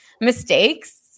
mistakes